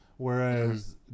Whereas